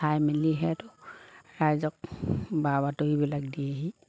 চাই মেলিহেতো ৰাইজক বা বাতৰিবিলাক দিয়েহি